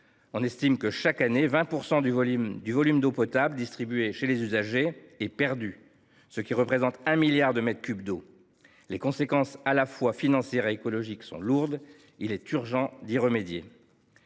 On estime que, chaque année, 20 % du volume d’eau potable distribué chez les usagers est perdu, ce qui représente 1 milliard de mètres cubes d’eau. Les conséquences, à la fois financières et écologiques, sont lourdes. Il est urgent d’y remédier.